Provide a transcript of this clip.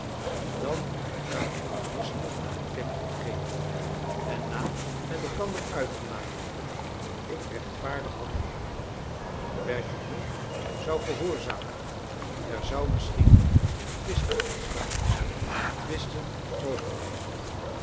dan na uw misnoegen te kennen gegeven en na met elkander uitgemaakt te hebben of ik rechtvaardig handelde bergounhoux zou gehoorzamen er zou misschien een twist uit ontstaan en twisten mogen wij niet